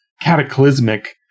cataclysmic